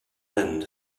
end